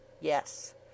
Yes